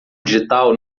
digital